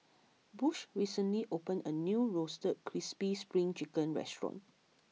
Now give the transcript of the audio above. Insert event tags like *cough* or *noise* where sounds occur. *noise* Bush recently opened a new Roasted Crispy Spring Chicken restaurant